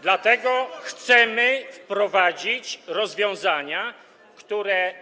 Dlatego chcemy wprowadzić rozwiązania, które.